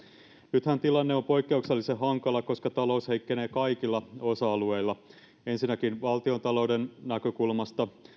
nythän tilanne on poikkeuksellisen hankala koska talous heikkenee kaikilla osa alueilla ensinnäkin valtiontalouden näkökulmasta